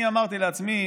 אני אמרתי לעצמי,